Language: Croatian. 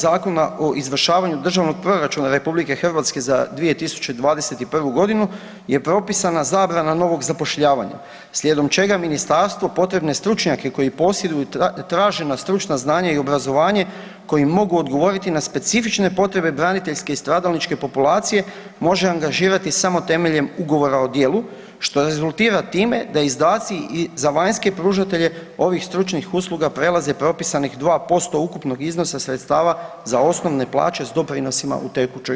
Zakona o izvršavanju Državnog proračuna RH za 2021.g. je propisana zabrana novog zapošljavanja, slijedom čega ministarstvo potrebne stručnjake koji posjeduju tražena stručna znanja i obrazovanje koji mogu odgovoriti na specifične potrebe braniteljske i stradalničke populacije može angažirati samo temeljem Ugovora o djelu, što rezultira time da izdaci i za vanjske pružatelje ovih stručnih usluga prelaze propisanih 2% ukupnog iznosa sredstava za osnovne plaće s doprinosima u tekućoj godini.